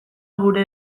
gure